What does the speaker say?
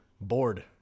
bored